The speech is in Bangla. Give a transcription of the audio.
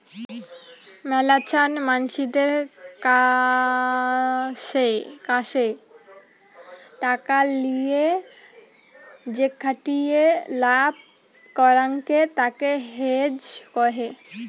মেলাছান মানসিদের কাসে টাকা লিয়ে যেখাটিয়ে লাভ করাঙকে তাকে হেজ কহে